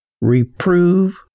reprove